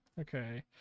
okay